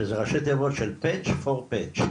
שזה ראשי תיבות של 'פצ' פור פצ'',